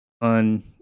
on